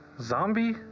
Zombie